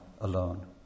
alone